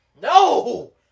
No